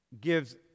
gives